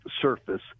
surface